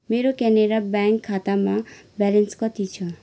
मेरो केनरा ब्याङ्क खातामा ब्यालेन्स कति छ